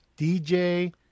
DJ